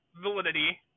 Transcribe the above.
validity